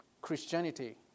Christianity